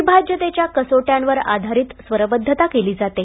विभाज्यतेच्या कसोट्या वर आधारित स्वरबद्धता केली जाते